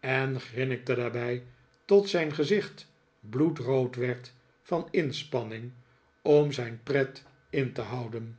en grinnikte daarbij tot zijn gezicht bloedrood werd van inspanning om zijn pret in te houden